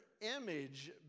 image